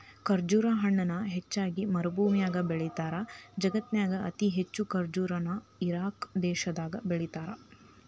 ಖರ್ಜುರ ಹಣ್ಣನ ಹೆಚ್ಚಾಗಿ ಮರಭೂಮ್ಯಾಗ ಬೆಳೇತಾರ, ಜಗತ್ತಿನ್ಯಾಗ ಅತಿ ಹೆಚ್ಚ್ ಖರ್ಜುರ ನ ಇರಾಕ್ ದೇಶದಾಗ ಬೆಳೇತಾರ